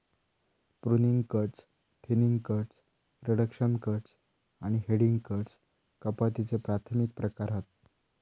pruning cuts, thinning cuts, reduction cuts आणि heading cuts कपातीचे प्राथमिक प्रकार हत